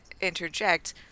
interject